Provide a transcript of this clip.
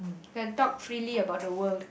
can talk freely about the world